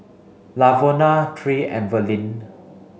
Lavona Tre and Verlyn